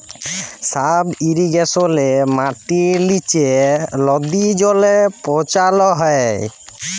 sub ইরিগেশলে মাটির লিচে লদী জলে পৌঁছাল হ্যয়